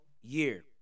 year